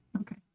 Okay